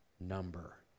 number